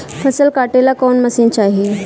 फसल काटेला कौन मशीन चाही?